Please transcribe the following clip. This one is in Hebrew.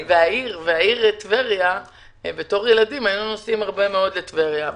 וכילדים היינו נוסעים הרבה מאוד לטבריה.